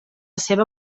seva